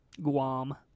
Guam